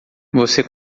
você